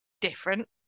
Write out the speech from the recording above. different